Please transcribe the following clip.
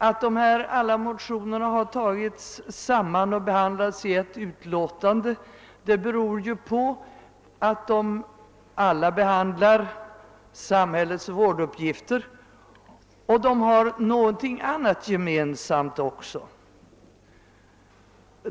Att de här motionerna har tagits samman och behandlats i ett enda utlåtande beror på att de alla behandlar samhällets vårduppgifter. Men de har också någonting annat gemensamt.